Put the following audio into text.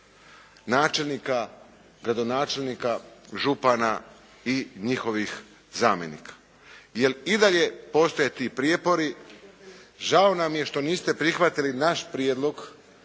načelnika, gradonačelnika, župana i njihovih zamjenika, jer i dalje postoje ti prijepori. Žao nam je što niste prihvatili naš prijedlog